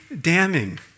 damning